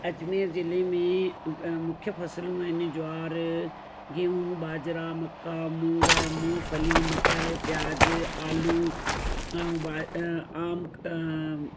अजमेर ज़िले में मुख्य फ़सलूं आहिनि ज्वार गेहूं बाजरा मक्का मुङ मूंगफ़ली मटर प्याज आलू ऐं बा आम